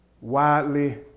widely